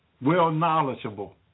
well-knowledgeable